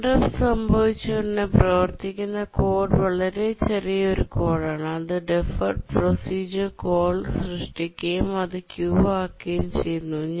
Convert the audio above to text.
ഒരു ഇൻട്രപ്ട് സംഭവിച്ചയുടൻ പ്രവർത്തിക്കുന്ന കോഡ് വളരെ ചെറിയ ഒരു കോഡാണ് അത് ടെഫേർഡ് പ്രോസിഡർ കാൾ സൃഷ്ടിക്കുകയും അത് ക്യൂവാക്കുകയും ചെയ്യുന്നു